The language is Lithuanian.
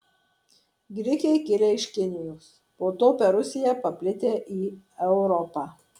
grikiai kilę iš kinijos po to per rusiją paplitę į europą